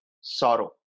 sorrow